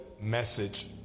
message